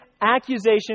accusation